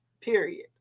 period